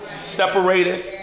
separated